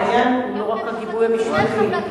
העניין הוא לא רק הגיבוי המשפטי.